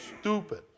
stupid